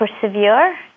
persevere